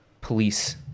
police